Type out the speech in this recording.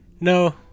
No